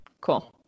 Cool